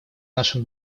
нашим